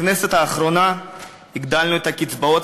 בכנסת האחרונה הגדלנו את הקצבאות